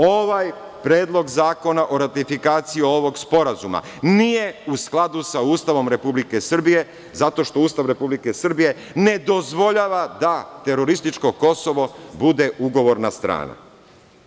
Ovaj Predlog zakona o ratifikaciji ovog sporazuma nije u skladu sa Ustavom Republike Srbije zato što Ustav Republike Srbije ne dozvoljava da terorističko Kosovo bude ugovorna strana.